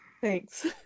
Thanks